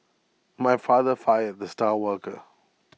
my father fired the star worker